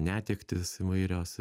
netektys įvairios